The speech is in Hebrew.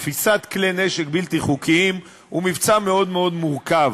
תפיסת כלי נשק בלתי חוקיים הוא מבצע מאוד מאוד מורכב.